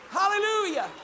Hallelujah